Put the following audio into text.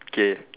K